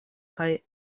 kaj